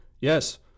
Yes